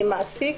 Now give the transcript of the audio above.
"מעסיק"